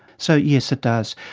so yes, it does.